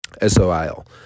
S-O-I-L